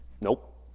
Nope